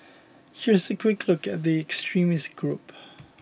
here is a quick look at the extremist group